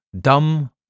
Dumb